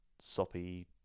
soppy